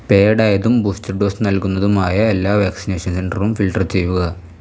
പെയ്ഡായതും booster dose നൽകുന്നതുമായ എല്ലാ vaccination സെൻറ്ററുകളും ഫിൽട്ടർ ചെയ്യുക